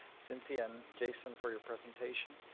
cynthia and jason for your presentation.